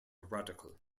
radical